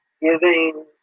giving